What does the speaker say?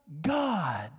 God